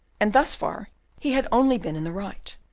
and thus far he had only been in the right.